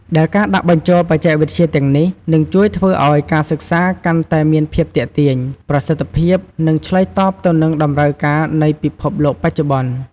ដែលការដាក់បញ្ចូលបច្ចេកវិទ្យាទាំងនេះនឹងជួយធ្វើឱ្យការសិក្សាកាន់តែមានភាពទាក់ទាញ ប្រសិទ្ធភាព និងឆ្លើយតបទៅនឹងតម្រូវការនៃពិភពលោកបច្ចុប្បន្ន។